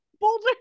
Boulder